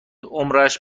عمرش